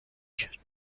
کرد